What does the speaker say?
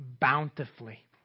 Bountifully